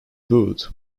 wood